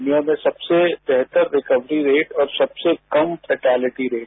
दुनिया में सबसे बेहतर रिकवरी रेट और सबसे कम फैटेलिटी रेट